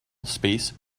space